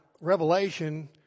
Revelation